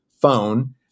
phone